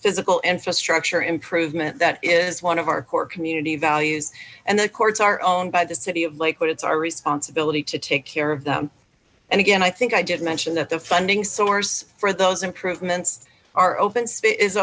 physical infrastructure improvement that is one of our core community values and the courts are owned by the city of lakewood it's our responsibility to take care of them and again i think i dd mention that the funding source for those improvements are open